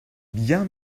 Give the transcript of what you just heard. bien